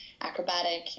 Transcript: acrobatic